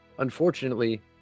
Unfortunately